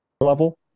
level